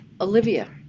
Olivia